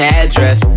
address